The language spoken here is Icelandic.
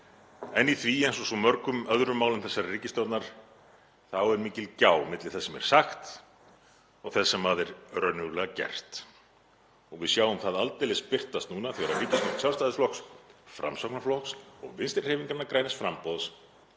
En í því eins og svo mörgum öðrum málum þessarar ríkisstjórnar er mikil gjá milli þess sem er sagt og þess sem er raunverulega gert. Við sjáum það aldeilis birtast núna þegar ríkisstjórn Sjálfstæðisflokks, Framsóknarflokks og Vinstrihreyfingarinnar — græns framboðs